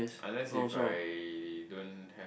unless if I don't have